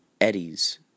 Eddies